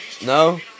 no